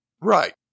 Right